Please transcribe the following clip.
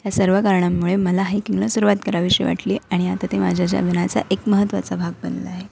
त्या सर्व कारणांमुळे मला हायकिंगला सुरुवात करावीशी वाटली आणि आता ते माझ्या जीवनाचा एक महत्त्वाचा भाग बनला आहे